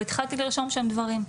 והתחלתי לרשום שם דברים,